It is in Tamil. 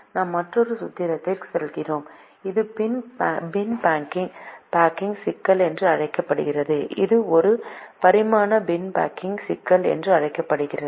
இப்போது நாம் மற்றொரு சூத்திரத்திற்கு செல்கிறோம் இது பின் பேக்கிங் சிக்கல் என்று அழைக்கப்படுகிறது இது ஒரு பரிமாண பின் பேக்கிங் சிக்கல் என்றும் அழைக்கப்படுகிறது